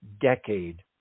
decade